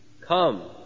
Come